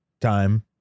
time